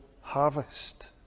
harvest